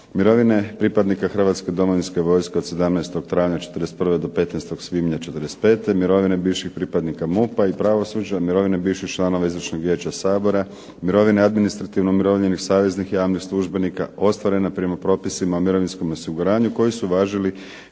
mirovine pripadnika Hrvatske domovinske vojske od 17. travnja '41. do 15. svibnja '45., mirovine bivših pripadnika MUP-a i pravosuđa, mirovine bivših članova Izvršnog vijeća Sabora, mirovine administrativno umirovljenih saveznih javnih službenika ostvarena prema propisima o mirovinskom osiguranju koji su važili